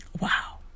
Wow